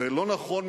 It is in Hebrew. זה לא נכון,